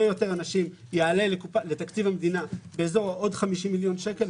יותר נשים יעלה לתקציב המדינה עוד 50 מיליון שקלים.